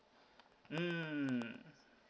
mm